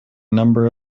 number